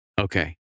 Okay